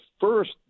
first